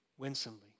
Winsomely